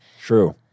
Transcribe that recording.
True